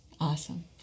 Awesome